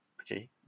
okay